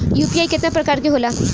UPI केतना प्रकार के होला?